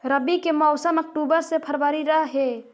रब्बी के मौसम अक्टूबर से फ़रवरी रह हे